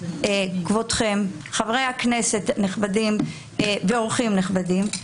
כבודכם חברי הכנסת הנכבדים והאורחים הנכבדים,